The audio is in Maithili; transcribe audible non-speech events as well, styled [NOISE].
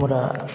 हमरा [UNINTELLIGIBLE]